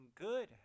good